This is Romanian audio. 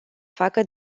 facă